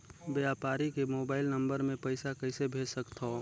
व्यापारी के mobile number मे पईसा कइसे भेज सकथव?